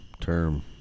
term